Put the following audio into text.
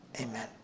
Amen